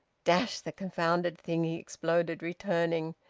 dash the confounded thing! he exploded, returning.